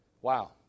Wow